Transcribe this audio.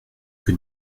que